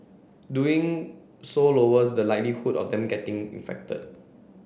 doing so lowers the likelihood of them getting infected